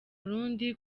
burundi